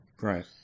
Right